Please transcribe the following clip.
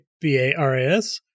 B-A-R-A-S